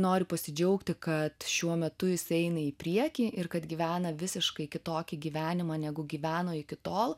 noriu pasidžiaugti kad šiuo metu jisai eina į priekį ir kad gyvena visiškai kitokį gyvenimą negu gyveno iki tol